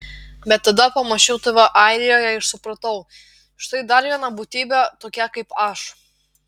bet tada pamačiau tave airijoje ir supratau štai dar viena būtybė tokia kaip aš